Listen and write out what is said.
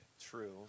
True